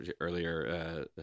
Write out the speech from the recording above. earlier